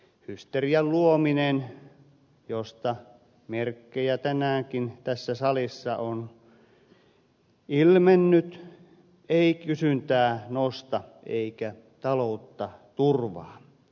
hysterian luominen josta merkkejä tänäänkin tässä salissa on ilmennyt ei kysyntää nosta eikä taloutta turvaa